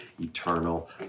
eternal